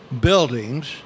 buildings